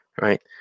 Right